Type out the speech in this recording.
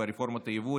רפורמות היבוא,